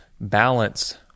balance